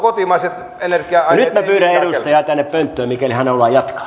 nyt minä pyydän edustajaa tänne pönttöön mikäli hän haluaa jatkaa